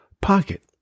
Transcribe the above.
pocket